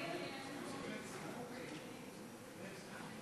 ההצעה להעביר את הנושא לוועדת הפנים והגנת הסביבה נתקבלה.